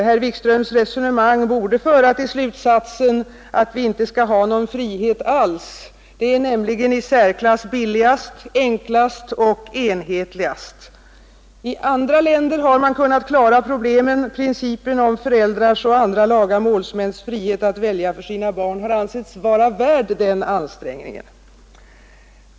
Herr Wikströms resonemang borde föra till slutsatsen att vi inte skall ha någon frihet alls — det är nämligen i särklass billigast, enklast och enhetligast. I andra länder har man kunnat klara problemen — principen om föräldrars och andra laga målsmäns frihet att välja för sina barn har ansetts vara värd den ansträngningen.